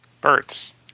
Birds